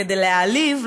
כדי להעליב,